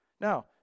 Now